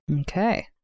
okay